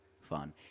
fun